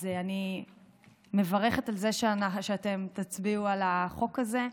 אז אני מברכת על זה שאתם תצביעו בעד החוק הזה,